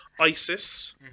ISIS